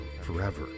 forever